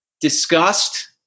disgust